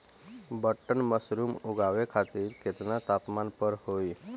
Button mushroom उगावे खातिर केतना तापमान पर होई?